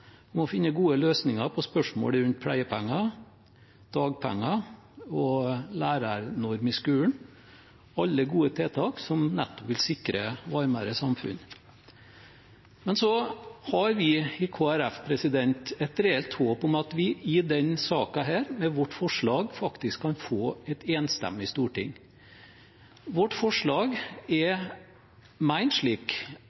Vi i Kristelig Folkeparti har et reelt håp om at vi i denne saken med vårt forslag faktisk kan få et enstemmig storting. Vårt forslag